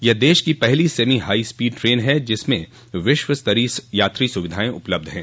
यह देश की पहली सेमी हाई स्पीड ट्रेन है जिसमें विश्व स्तरीय यात्री सुविधाएं उपलब्ध हैं